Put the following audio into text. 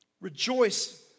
Rejoice